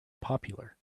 popular